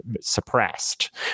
suppressed